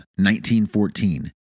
1914